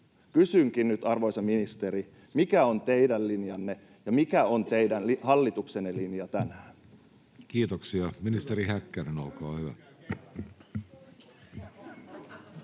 Kysynkin nyt, arvoisa ministeri: mikä on teidän linjanne ja mikä on teidän hallituksenne linja tänään? [Vasemmalta: Nöyrtykää